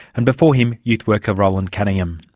and before him youth worker roland cunningham.